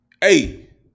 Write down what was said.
hey